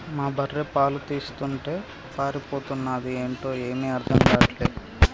మా బర్రె పాలు తీస్తుంటే పారిపోతన్నాది ఏంటో ఏమీ అర్థం గాటల్లే